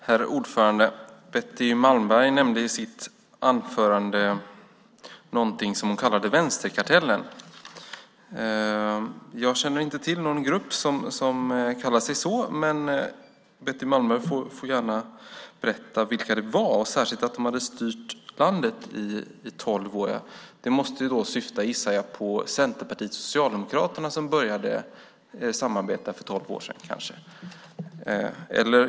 Herr talman! Betty Malmberg talade i sitt anförande om någonting som hon kallade för vänsterkartellen. Jag känner inte till någon grupp som kallar sig så. Betty Malmberg får gärna berätta vilka de var, särskilt som de hade styrt landet i tolv år. Jag gissar att det kan syfta på Centerpartiet och Socialdemokraterna som började samarbeta för tolv år sedan.